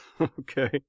Okay